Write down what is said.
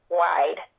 wide